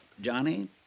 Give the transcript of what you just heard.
Johnny